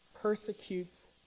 persecutes